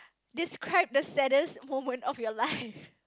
describe the saddest moment of your life